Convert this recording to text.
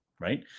right